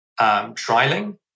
trialing